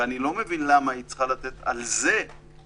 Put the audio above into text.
ואני לא מבין למה היא צריכה לתת על זה את הדעת,